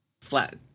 flat